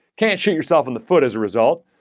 can't shoot yourself in the foot as a result.